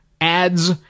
ads